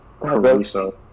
Caruso